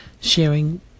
sharing